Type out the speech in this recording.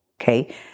Okay